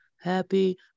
Happy